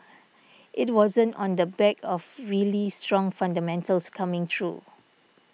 it wasn't on the back of really strong fundamentals coming through